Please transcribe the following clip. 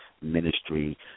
ministry